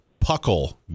puckle